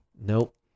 Nope